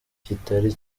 kitari